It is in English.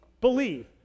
believe